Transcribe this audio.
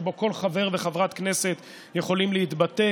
שכל חבר וחברת כנסת יכולים להתבטא